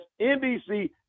NBC